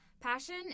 Passion